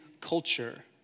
culture